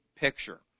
picture